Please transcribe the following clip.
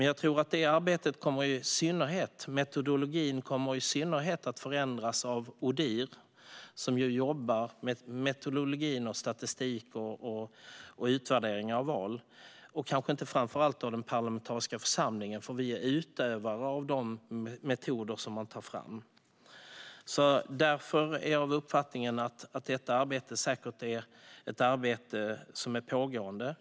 Jag tror dock att metodologin i detta arbete i synnerhet kommer att förändras av Odihr, som jobbar med metodologi, statistik och utvärderingar av val, och inte framför allt av den parlamentariska församlingen. Vi är ju utövare av de metoder som man tar fram. Därför är jag av uppfattningen att detta arbete säkert är ett arbete som är pågående.